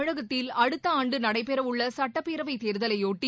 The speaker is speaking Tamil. தமிழகத்தில் அடுத்த ஆண்டு நடைபெறவுள்ள சட்டப்பேரவைத் தேர்தலையொட்டி